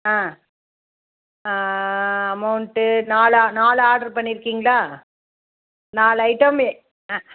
ஆ amount நாலா நாலு order பண்ணியிருக்கீங்களா நாலு ஐட்டம் ஆ